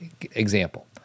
Example